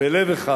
בלב אחד"